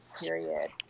period